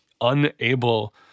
unable